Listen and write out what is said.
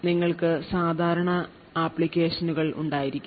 നിങ്ങൾക്ക് സാധാരണ ആപ്ലിക്കേഷനുകൾ ഉണ്ടായിരിക്കും